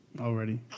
already